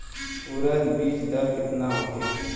उरद बीज दर केतना होखे?